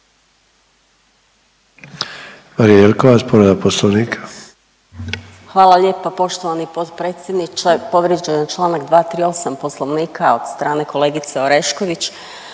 **Jelkovac, Marija (HDZ)** Hvala lijepo poštovani potpredsjedniče. Povrijeđen je čl. 238. poslovnika od strane kolegice Orešković.